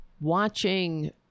watching